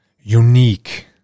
unique